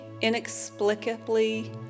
inexplicably